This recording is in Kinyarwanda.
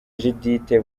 judithe